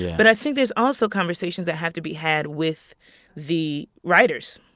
but i think there's also conversations that have to be had with the writers,